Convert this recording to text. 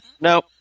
no